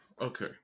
Okay